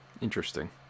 Interesting